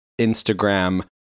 Instagram